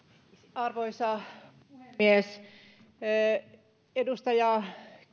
arvoisa puhemies edustaja